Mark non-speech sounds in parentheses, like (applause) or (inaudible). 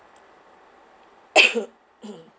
(coughs)